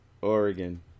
Oregon